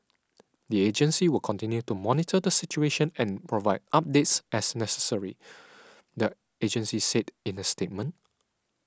the agency will continue to monitor the situation and provide updates as necessary the agency said in a statement